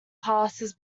passes